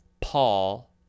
paul